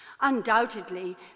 Undoubtedly